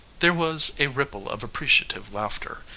there was a ripple of appreciative laughter,